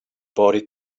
body